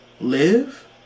live